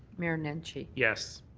mayor nenshi. yes.